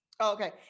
Okay